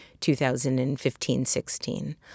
2015-16